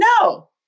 no